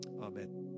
Amen